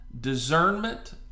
discernment